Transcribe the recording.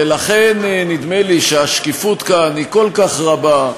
ולכן, נדמה לי שהשקיפות כאן היא כל כך רבה,